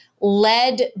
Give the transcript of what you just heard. led